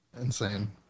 Insane